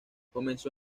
comenzó